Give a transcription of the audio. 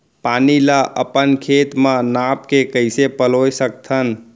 पानी ला अपन खेत म नाप के कइसे पलोय सकथन?